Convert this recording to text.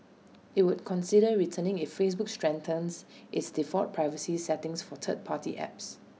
IT would consider returning if Facebook strengthens its default privacy settings for third party apps